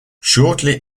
shortly